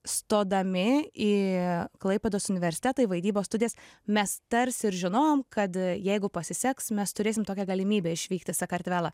stodami į klaipėdos universitetą į vaidybos studijas mes tarsi ir žinojom kad jeigu pasiseks mes turėsim tokią galimybę išvykt į sakartvelą